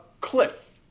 cliff